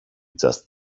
just